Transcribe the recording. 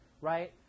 right